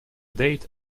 date